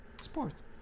Sports